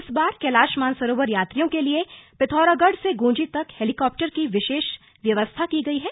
इस बार कैलाश मानसरोवर यात्रियों के लिए पिथौरागढ़ से गूंजी तक हेलीकॉप्टर की विशेष व्यवस्था की गई है